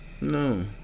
No